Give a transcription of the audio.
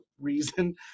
reason